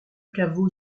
caveau